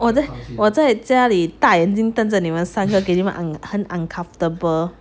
我在我在家里大眼睛瞪着你们给你们很 uncomfortable